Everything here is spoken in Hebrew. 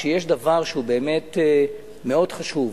כשיש דבר שהוא באמת מאוד חשוב,